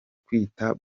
kwita